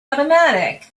automatic